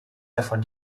davon